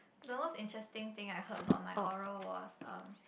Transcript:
the most interesting thing I heard about my oral was um